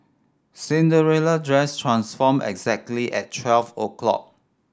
Cinderella dress transformed exactly at twelve o'clock